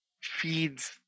feeds